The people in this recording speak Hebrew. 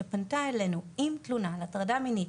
שפנתה אלינו עם תלונה עם הטרדה מינית